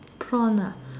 prawn ah